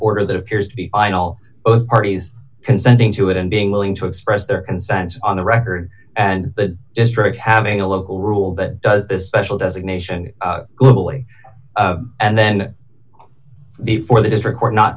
order that appears to be idle both parties consenting to it and being willing to express their consent on the record and the district having a local rule that does this special designation globally and then for the district